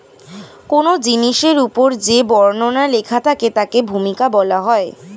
কোন জিনিসের উপর যে বর্ণনা লেখা থাকে তাকে ভূমিকা বলা হয়